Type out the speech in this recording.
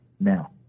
now